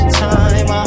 time